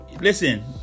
Listen